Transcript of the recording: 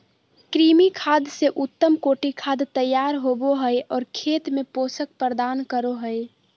कृमि खाद से उत्तम कोटि खाद तैयार होबो हइ और खेत में पोषक प्रदान करो हइ